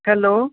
hello